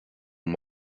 don